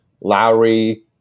Lowry